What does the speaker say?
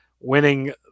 winning